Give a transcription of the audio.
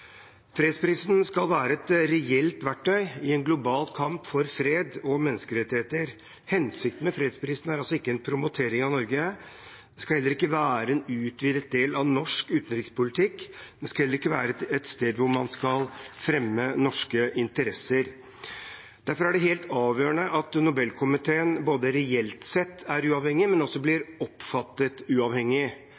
Fredsprisen skal være et reelt verktøy i en global kamp for fred og menneskerettigheter. Hensikten med fredsprisen er ikke en promotering av Norge. Den skal ikke være en utvidet del av norsk utenrikspolitikk. Den skal heller ikke være et sted hvor man skal fremme norske interesser. Derfor er det helt avgjørende at Nobelkomiteen reelt sett er uavhengig, men også blir